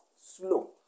Slow